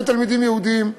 גם לתלמידים יהודים,